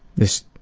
this